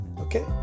okay